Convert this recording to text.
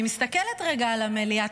אני מסתכלת רגע על המליאה,